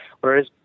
Whereas